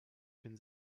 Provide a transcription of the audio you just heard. bin